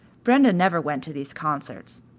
brenda never went to these concerts.